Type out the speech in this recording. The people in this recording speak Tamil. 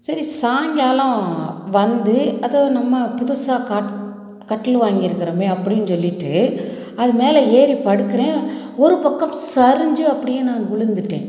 சரி சாயங்காலம் வந்து அதை நம்ம புதுசாக காட் கட்டில் வாங்கியிருக்குறமே அப்படினு சொல்லிவிட்டு அது மேலே ஏறி படுக்கிறேன் ஒரு பக்கம் சரிஞ்சு அப்படியே நான் விழுந்துட்டேன்